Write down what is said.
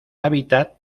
hábitat